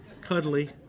cuddly